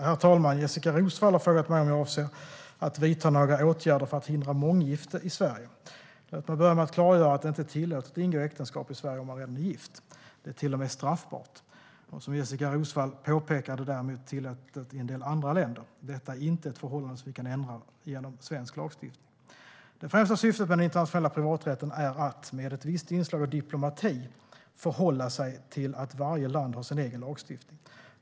Herr talman! Jessika Roswall har frågat mig om jag avser att vidta några åtgärder för att hindra månggifte i Sverige. Låt mig börja med att klargöra att det inte är tillåtet att ingå äktenskap i Sverige om man redan är gift. Det är till och med straffbart. Som Jessika Roswall påpekar är det däremot tillåtet i en del andra länder. Detta är inte ett förhållande som vi kan ändra genom svensk lagstiftning. Det främsta syftet med den internationella privaträtten är att, med ett visst inslag av diplomati, förhålla sig till att varje land har sin egen lagstiftning.